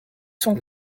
sont